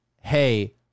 hey